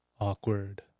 awkward